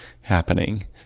happening